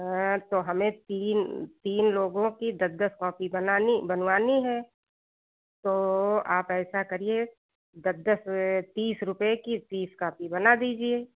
तो हमें तीन तीन लोगों कि दस दस कॉपी बनानी बनवानी है तो आप ऐसा करिए दस दस तीस रुपये कि तीस कॉपी बना दीजिए